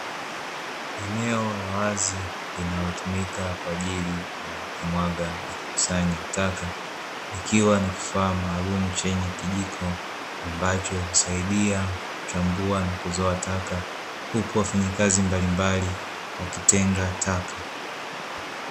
Eneo la wazi linalo tumika kwaajili ya kumwaga na kukusanya taka, likiwa na kifaa maalumu chenye kijiko ambacho husaidia kuchambua na kuzoa taka huku wafanya kazi mbalimbali wakitenga taka.